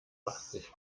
sich